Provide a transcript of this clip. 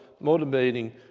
motivating